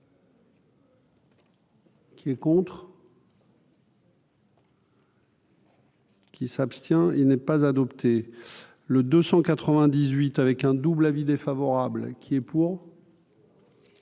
Qui est contre. Qui s'abstient, il n'est pas adopté le 298 avec un double avis défavorable qui est pour.